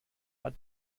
bat